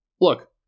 Look